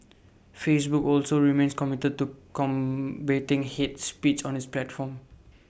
Facebook also remains committed to combating hate speech on its platform